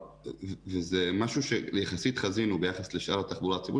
וזה משהו שיחסית חזינו ביחס לשאר התחבורה הציבורית